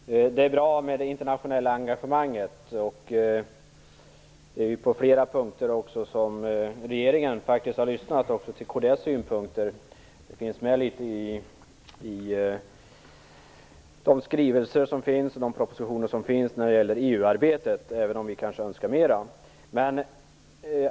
Herr talman! Det är bra med det internationella engagemanget. På flera punkter har regeringen faktiskt även lyssnat till kds synpunkter. En del av dem finns med litet grand i skrivelser och propositioner när det gäller EU-arbetet, även om vi kanske önskar att det skulle vara mera.